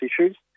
issues